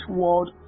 world